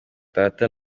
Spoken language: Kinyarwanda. data